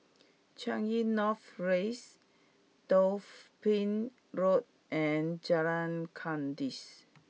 Changi North Raise Road and Jalan Kandis